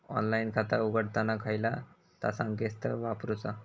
Online खाता उघडताना खयला ता संकेतस्थळ वापरूचा?